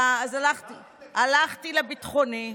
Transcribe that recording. הלכתי לביטחוני,